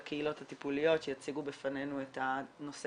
הקהילות הטיפוליות שיציגו בפנינו את הנושא